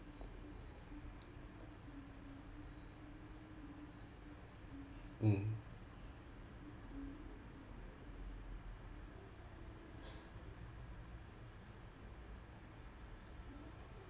mm